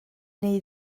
neu